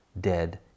dead